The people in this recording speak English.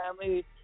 family